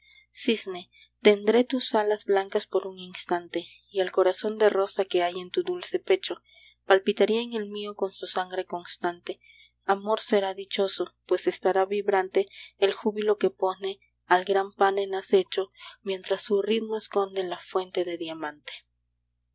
cisne tendré tus alas blancas por un instante y el corazón de rosa que hay en tu dulce pecho palpitará en el mío con su sangre constante amor será dichoso pues estará vibrante el júbilo que pone al gran pan en acecho mientras su ritmo esconde la fuente de diamante